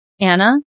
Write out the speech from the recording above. Anna